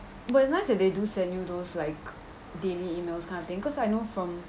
but it's nice that they do send you those like daily emails kind of thing cause I know from